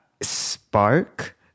spark